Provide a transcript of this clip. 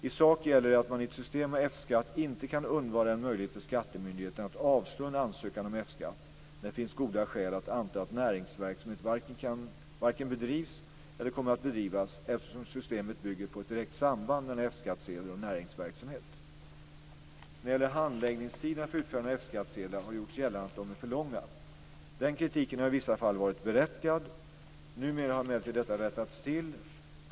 I sak gäller att man i ett system med F-skatt inte kan undvara en möjlighet för skattemyndigheten att avslå en ansökan om F-skatt när det finns goda skäl att anta att näringsverksamhet varken bedrivs eller kommer att bedrivas, eftersom systemet bygger på ett direkt samband mellan F-skattsedel och näringsverksamhet. När det gäller handläggningstiderna för utfärdande av F-skattsedlar har det gjorts gällande att de är för långa. Den kritiken har i vissa fall varit berättigad. Numera har emellertid detta rättats till.